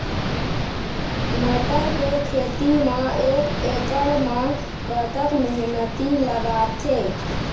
मटर के खेती म एक एकड़ म कतक मेहनती लागथे?